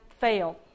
fail